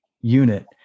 unit